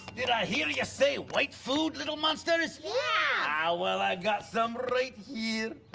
did i hear ya say white food, little monsters? yeah! ah, well, i got some here.